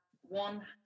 one